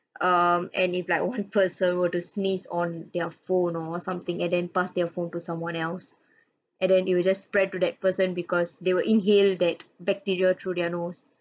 um and if like one person were to sneeze on their phone or something and then pass their phone to someone else and then it will just spread to that person because they will inhale that bacteria through their nose